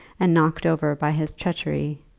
and knocked over by his treachery,